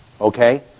Okay